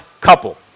couple